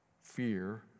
fear